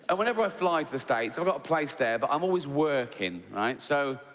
and whenever i fly to the states, i've got a place there, but i'm always working, right? so,